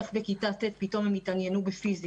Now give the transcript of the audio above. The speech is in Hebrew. איך בכיתה ט' הן פתאום יתעניינו בפיזיקה.